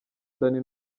danny